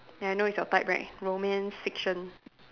ya I know it's your type right romance fiction